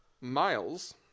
Miles